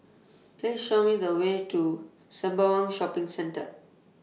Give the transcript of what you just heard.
Please Show Me The Way to Sembawang Shopping Centre